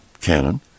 Canon